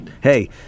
hey